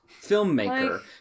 filmmaker